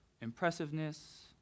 impressiveness